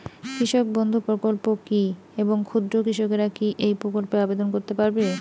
কৃষক বন্ধু প্রকল্প কী এবং ক্ষুদ্র কৃষকেরা কী এই প্রকল্পে আবেদন করতে পারবে?